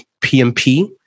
PMP